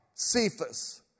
Cephas